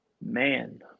Man